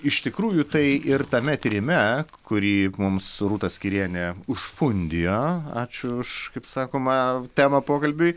iš tikrųjų tai ir tame tyrime kurį mums rūta skyrienė užfundijo ačiū už kaip sakoma temą pokalbiui